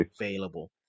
available